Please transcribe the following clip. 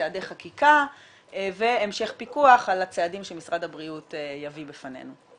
צעדי חקיקה והמשך פיקוח על הצעדים שמשרד הבריאות יביא בפנינו.